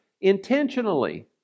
intentionally